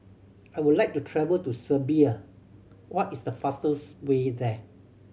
I would like to travel to Serbia what is the fastest way there